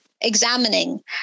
examining